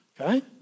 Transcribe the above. okay